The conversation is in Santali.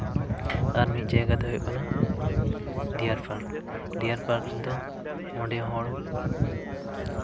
ᱟᱨ ᱢᱤᱫ ᱡᱟᱭᱜᱟ ᱫᱚ ᱦᱩᱭᱩᱜ ᱠᱟᱱᱟ ᱰᱤᱭᱟᱨ ᱯᱟᱨᱠ ᱰᱤᱭᱟᱨ ᱯᱟᱨᱠ ᱨᱮᱫᱚ ᱚᱸᱰᱮ ᱦᱚᱸ ᱦᱚᱲ